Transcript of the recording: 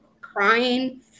crying